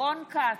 רון כץ,